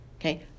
okay